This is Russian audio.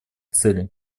целей